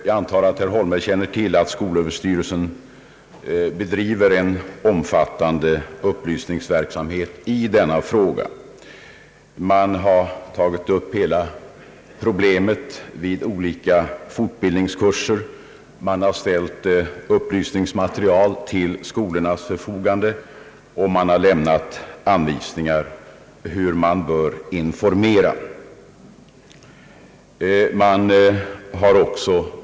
Jag antar att herr Holmberg känner till att skolöverstyrelsen bedriver en omfattande upplysningsverksamhet i denna fråga. Man har tagit upp hela problemet vid olika fortbildningskurser, man har ställt upplysningsmaterial till skolornas förfogande, och man har läm nat anvisningar om hur information skall lämnas.